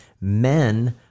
Men